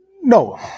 No